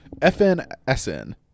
FNSN